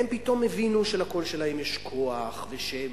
הם פתאום הבינו שלקול שלהם יש כוח ושהם